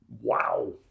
Wow